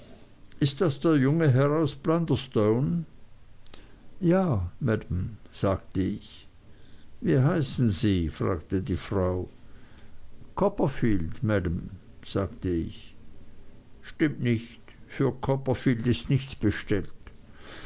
ist das der junge herr aus blunderstone ja maam sagte ich wie heißen sie fragte die frau copperfield maam sagte ich stimmt nicht für copperfield ist nichts bestellt